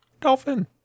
Dolphin